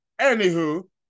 Anywho